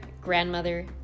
grandmother